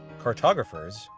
cartographers,